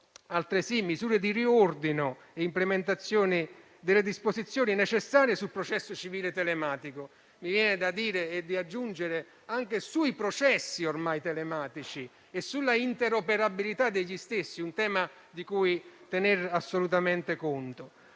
altresì misure di riordino e implementazione delle disposizioni necessarie sul processo civile telematico; mi viene da aggiungere anche sui processi ormai telematici e sull'interoperabilità degli stessi: un tema di cui tenere assolutamente conto.